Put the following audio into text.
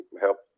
help